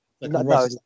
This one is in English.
no